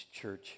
church